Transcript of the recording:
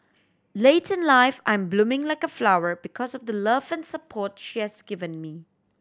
late in life I'm blooming like a flower because of the love and support she has given me